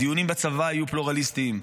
הדיונים בצבא יהיו פלורליסטיים,